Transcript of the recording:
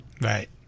right